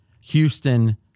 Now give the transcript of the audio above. Houston